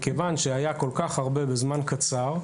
מכיוון שהיה כל כך בזמן קצר,